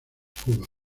cuba